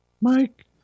Mike